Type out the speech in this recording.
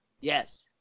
Yes